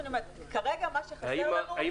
מה שחסר לנו כרגע זה נתונים.